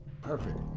perfect